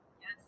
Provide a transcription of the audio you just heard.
Yes